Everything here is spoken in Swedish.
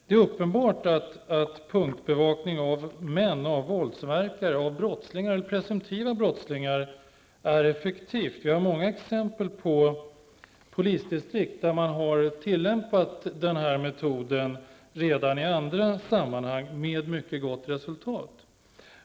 Det är uppenbart att punktbevakning av män, av våldsverkare och brottslingar eller presumtiva brottslingar är effektivt. Vi har många exempel på polisdistrikt där man har tillämpat den här metoden i andra sammanhang med mycket gott resultat.